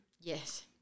Yes